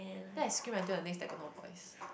then I scream until the next day I got no voice